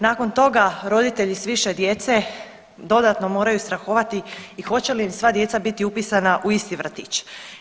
Nakon toga roditelji s više djece dodatno moraju strahovati i hoće li im sva djeca biti upisana u isti vrtić.